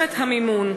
לתוספת המימון.